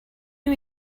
you